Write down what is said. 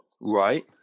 right